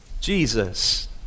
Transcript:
jesus